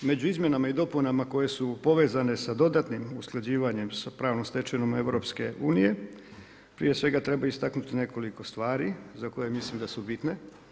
Među izmjenama i dopunama koje su povezane sa dodatnim usklađivanjem sa pravnom stečevinom EU prije svega treba istaknuti nekoliko stvari za koje mislim da su bitne.